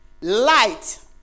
light